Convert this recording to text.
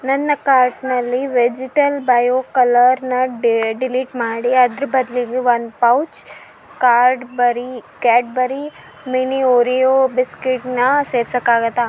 ನನ್ನ ಕಾರ್ಟ್ನಲ್ಲಿ vegetable bio ಕಲರ್ನ ಡಿಲೀಟ್ ಮಾಡಿ ಅದ್ರ ಬದಲಿಗೆ ಒಂದು pouch Cadbury Cadbury mini Oreo ಬಿಸ್ಕೆಟ್ನ ಸೇರ್ಸೋಕ್ಕಾಗುತ್ತಾ